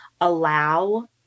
allow